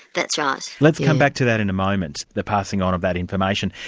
that's right. let's come back to that in a moment, the passing on of that information.